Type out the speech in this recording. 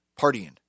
partying